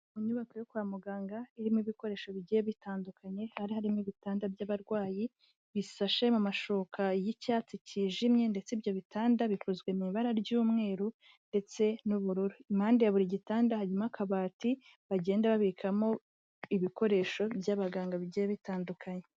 Ni inyubako yo kwa muganga irimo ibikoresho bigiye bitandukanye hari harimo ibitanda by'abarwayi bisashe mu mashuka y'icyatsi kijimye ndetse ibyo bitanda bikozwe mu ibara ry'umweru ndetse n'ubururu. Impande ya buri gitanda hanyuma akabati bagenda babikamo ibikoresho by'abaganga bigiye bitandukanye.